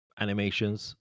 animations